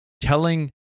Telling